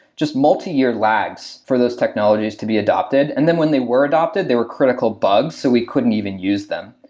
just multiyear lags for those technologies to be adopted. and then when they were adopted, there were critical bugs. so we couldn't even use them.